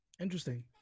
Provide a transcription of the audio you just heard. Interesting